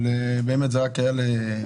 אבל באמת זה רק היה בשבילך.